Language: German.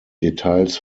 details